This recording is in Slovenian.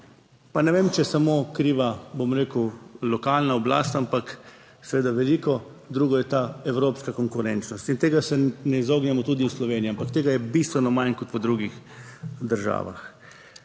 Pa ne vem, če je samo kriva, bom rekel, lokalna oblast, ampak seveda veliko drugo je ta evropska konkurenčnost, in tega se ne izognemo tudi v Sloveniji, ampak tega je bistveno manj kot v drugih državah.